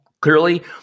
clearly